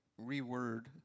reword